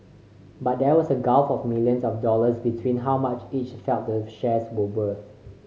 but there was a gulf of millions of dollars between how much each felt the shares were worth